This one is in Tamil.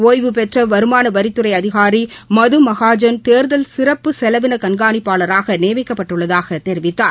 ஒய்வு பெற்ற வருமானவரித்துறை அதிகாரி மது மஹாஜன் தேர்தல் சிறப்பு செலவின கண்காணிப்பாளராக நியமிக்கப்பட்டுள்ளதாகத் தெரிவித்தார்